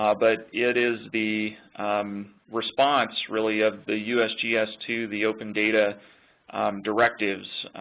but it is the response really of the usgs to the open data directives,